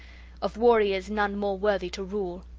of warriors none more worthy to rule!